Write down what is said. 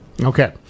okay